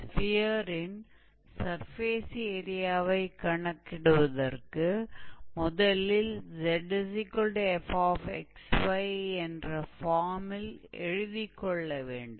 ஸ்பியரின் surface ஏரியாவை கணக்கிடுவதற்கு முதலில் 𝑧𝑓𝑥𝑦 என்ற ஃபார்மில் எழுதிக் கொள்ள வேண்டும்